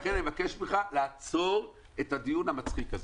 לכן אני מבקש ממך לעצור את הדיון המצחיק הזה.